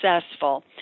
successful